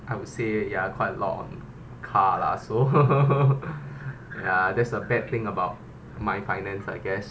I would say ya quite a lot on car lah so ya that's a bad thing about my finance I guess